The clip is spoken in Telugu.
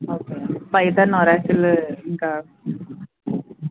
ఓకే పైతాన్ ఒరాకిల్ ఇంకా